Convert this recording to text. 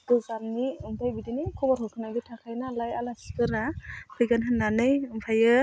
गोजाननि ओमफ्राय बिदिनो खबर होखानायबो थाखायो नालाय आलासिफोरा फैगोन होननानै ओमफ्रायो